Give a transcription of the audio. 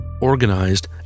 organized